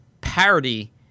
parody